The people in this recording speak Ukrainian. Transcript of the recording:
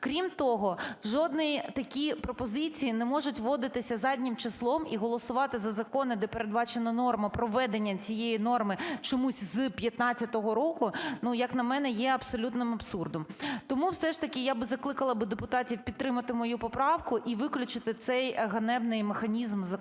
Крім того, жодні такі пропозиції не можуть вводитися заднім числом, і голосувати за закони, де передбачена норма проведення цієї норми чомусь з 2015 року, як на мене, є абсолютним абсурдом. Тому все ж таки я би закликала би депутатів підтримати мою поправку і виключити цей ганебний механізм з законопроекту.